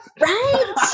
right